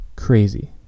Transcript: Crazy